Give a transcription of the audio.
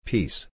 Peace